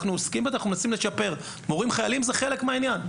אנחנו עוסקים בזה ומנסים לשפר ומורים חיילים זה חלק מהעניין.